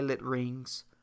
rings